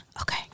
okay